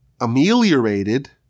ameliorated